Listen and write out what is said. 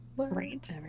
Right